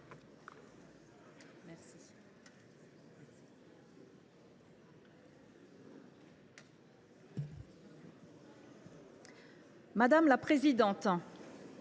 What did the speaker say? Madame la présidente,